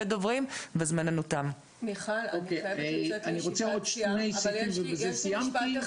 אני רוצה עוד שני משפטים וסיימתי.